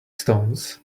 stones